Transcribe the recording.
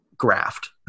graft